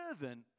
servant